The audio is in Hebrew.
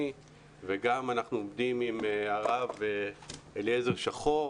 וגם אנחנו עובדים עם הרב אליעזר שחור,